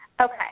Okay